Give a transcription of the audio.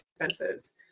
expenses